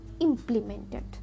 implemented